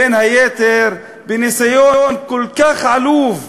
בין היתר, בניסיון כל כך עלוב,